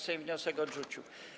Sejm wniosek odrzucił.